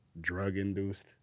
drug-induced